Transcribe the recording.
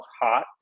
hot